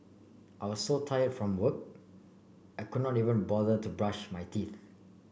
I was so tired from work I could not even bother to brush my teeth